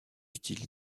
style